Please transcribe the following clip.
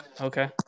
okay